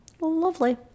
Lovely